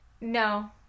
no